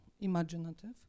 imaginative